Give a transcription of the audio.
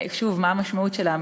שוב, מה המשמעות שלה?